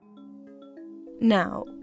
Now